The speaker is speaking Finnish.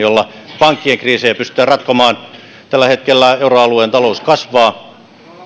jolla pankkien kriisejä pystytään ratkomaan tällä hetkellä euroalueen talous kasvaa